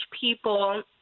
people